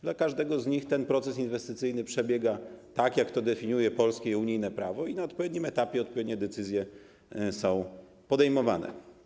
Dla każdego z nich ten proces inwestycyjny przebiega tak, jak to definiuje polskie i unijne prawo i na odpowiednim etapie odpowiednie decyzje są podejmowane.